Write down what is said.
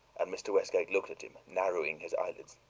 and mr. westgate looked at him, narrowing his eyelids.